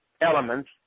elements